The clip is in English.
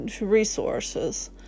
resources